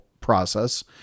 process